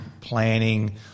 planning –